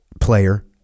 player